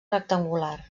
rectangular